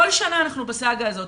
כל שנה אנחנו בסאגה הזו.